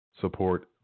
support